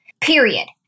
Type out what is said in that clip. Period